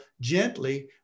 gently